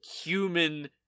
human